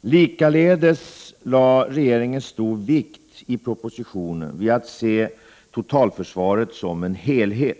Likaledes lade regeringen stor vikt i propositionen vid att se totalförsvaret som en helhet.